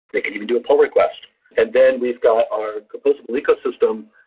they can even do a pull request and then we've got our composable ecosystem.